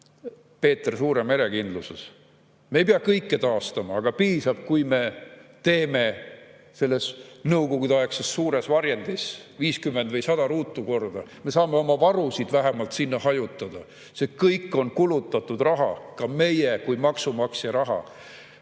Peeter Suure merekindluses. Me ei pea kõike taastama, aga piisab, kui me teeme selles nõukogudeaegses suures varjendis 50 või 100 ruutu korda. Me saame oma varusid vähemalt sinna hajutada. See kõik on kulutatud raha, ka meie kui maksumaksja raha.